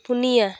ᱯᱩᱱᱭᱟ